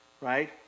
Right